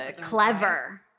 clever